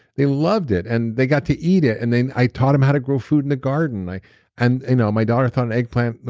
they loved it. and they got to eat it, and then i taught them how to grow food in the garden. and you know my daughter thought an eggplant,